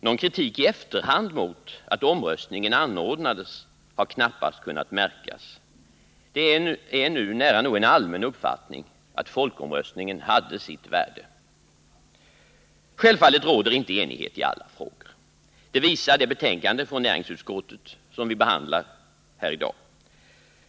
Någon kritik i efterhand mot att omröstningen anordnades har knappast kunnat märkas. Det är nära nog en allmän uppfattning att folkomröstningen hade sitt värde. Självfallet råder inte enighet i alla frågor — det visar det betänkande från näringsutskottet som vi behandlar här i dag.